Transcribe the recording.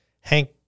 Hank